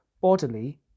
bodily